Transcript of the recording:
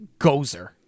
Gozer